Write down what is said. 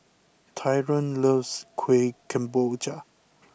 Tyron loves Kuih Kemboja